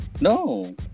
No